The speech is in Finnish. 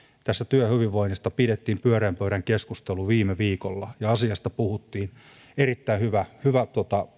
tästä työhyvinvoinnista pidettiin pyöreän pöydän keskustelu viime viikolla ja asiasta puhuttiin erittäin hyvä hyvä